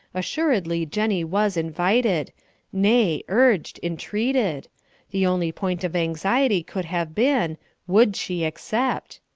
assuredly jennie was invited nay, urged, entreated the only point of anxiety could have been would she accept?